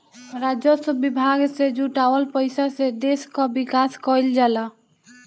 राजस्व विभाग से जुटावल पईसा से देस कअ विकास कईल जाला